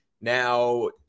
now